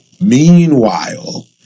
Meanwhile